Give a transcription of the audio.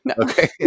Okay